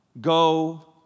go